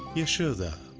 yashoda,